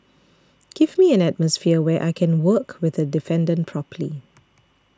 give me an atmosphere where I can work with the defendant properly